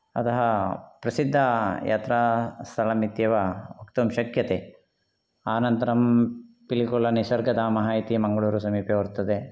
अतः प्रसिद्धयात्रास्थलमित्येव वक्तुं शक्यते अनन्तरं पिलुकुलनिसर्गधामः इति मङ्गलूरुसमीपे वर्तते